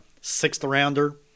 sixth-rounder